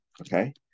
Okay